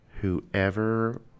whoever